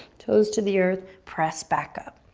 toes to the earth, press back up.